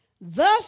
Thus